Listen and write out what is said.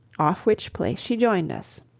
off which place she joined us.